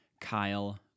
Kyle